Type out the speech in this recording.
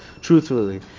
truthfully